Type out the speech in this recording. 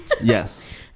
Yes